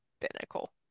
binnacle